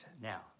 now